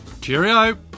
Cheerio